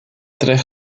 tres